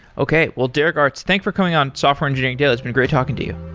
okay. well derek arts, thanks for coming on software engineering daily. it's been great talking to you.